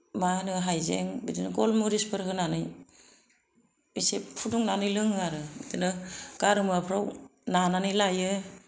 मा होनो हायजें बिदिनो गलमरिसफोर होनानै इसे फुदुंनानै लोङो आरो बिदिनो गारामाफोराव नानानै लायो